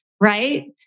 right